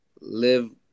live